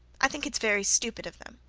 i think it's very stupid of them,